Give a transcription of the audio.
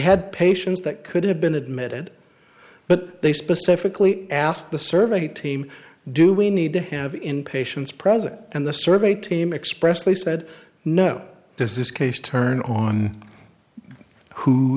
had patients that could have been admitted but they specifically asked the survey team do we need to have in patients present and the survey team expressed they said no this is case turn on who